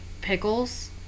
pickles